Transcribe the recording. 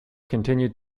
continued